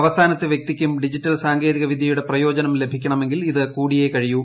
അവസാനത്തെ വൃക്തിക്കും ഡിജിറ്റൽ സാങ്കേതിക വിദ്യയുടെ പ്രയോജനം ലഭിക്കണ്മെങ്കിൽ ഇത് കൂടിയേ കഴിയൂ